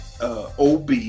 OB